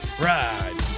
ride